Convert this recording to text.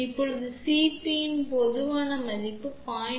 இப்போது Cpஇன் பொதுவான மதிப்பு0